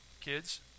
Kids